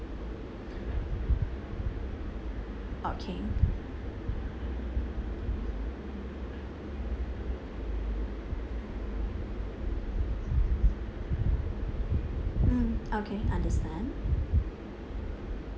okay mm okay understand